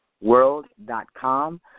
world.com